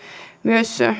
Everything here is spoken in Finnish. myös